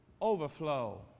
Overflow